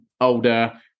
older